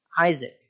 Isaac